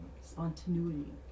Spontaneity